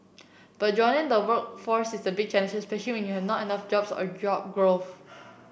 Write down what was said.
but joining the workforce is a big challenge especially when you have not enough jobs or job